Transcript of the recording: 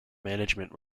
management